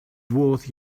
worth